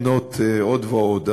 למנות עוד ועוד,